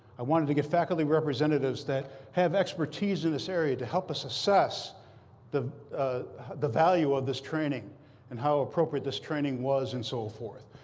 i wanted to get faculty representatives that have expertise in this area to help us assess the the value of this training and how appropriate this training was and so forth.